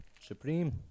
Supreme